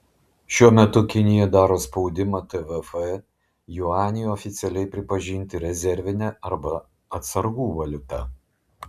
šiuo metu kinija daro spaudimą tvf juanį oficialiai pripažinti rezervine arba atsargų valiuta